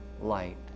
light